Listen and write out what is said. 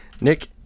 Nick